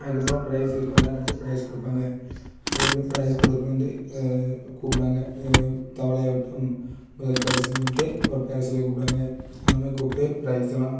அதுக்கப்பறம் ப்ரைஸ்ஸு கொஞ்ச நேரம் கழிச்சு ப்ரைஸ் கொடுப்பாங்க அது வந்து ப்ரைஸ் கொடுக்றவுங்க வந்து கூப்பிடுவாங்க தவளை ஓட்டம் முதல் பரிசுன்னு சொல்லிட்டு ஒரு பேரை சொல்லி கூப்பிடுவாங்க அந்த மாதிரி கூப்பிட்டு ப்ரைஸுலாம்